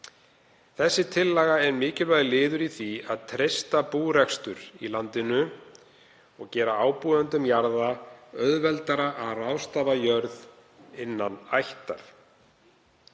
Þessi tillaga er mikilvægur liður í því að treysta búrekstur í landinu og gera ábúendum jarða auðveldara að ráðstafa jörð innan ættar.